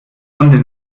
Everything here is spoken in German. und